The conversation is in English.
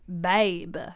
Babe